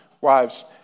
wives